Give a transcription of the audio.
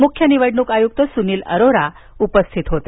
मुख्य निवडणूक आयुक्त सुनील अरोरा उपस्थित होते